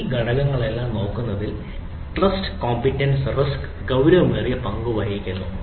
ഈ ഘടകങ്ങളെല്ലാം നോക്കുന്നതിൽ ട്രസ്റ്റ് കോമ്പീറ്റൻസ് റിസ്ക് ഗൌരവമേറിയ പങ്ക് വഹിക്കുന്നു